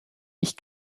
ich